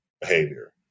behavior